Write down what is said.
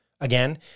Again